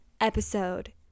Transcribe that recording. episode